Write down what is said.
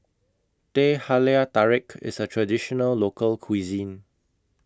Teh Halia Tarik IS A Traditional Local Cuisine